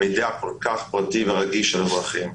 מידע כל כך פרטי ורגיש של אזרחים?